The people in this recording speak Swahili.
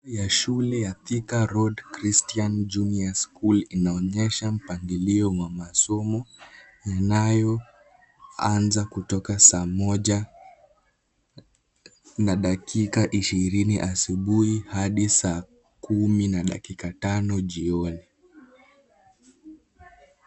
Ya shule ya Thika Road Christian Junior school inaonyesha mpangilio wa masomo inayoanza saa moja na dakika ishirini asubuhi, hadi saa kumi na dakika tano jioni.